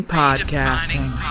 podcasting